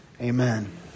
Amen